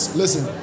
listen